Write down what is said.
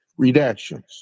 redactions